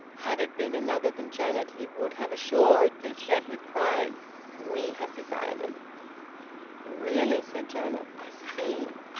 had it been another than janet he would have assuredly said with pride we have decided really! said janet. i see!